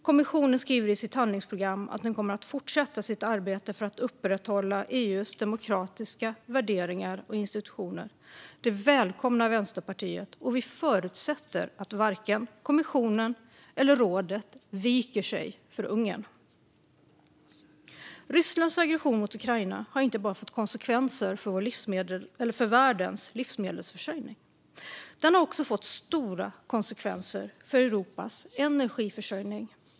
Kommissionen skriver i sitt handlingsprogram att den kommer att fortsätta sitt arbete för att upprätthålla EU:s demokratiska värderingar och institutioner. Det välkomnar Vänsterpartiet, och vi förutsätter att varken kommissionen eller rådet viker sig för Ungern. Rysslands aggression mot Ukraina har inte bara fått konsekvenser för världens livsmedelsförsörjning. Den har också fått stora konsekvenser för Europas energiförsörjning.